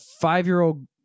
five-year-old